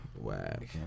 Whack